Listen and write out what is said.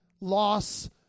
loss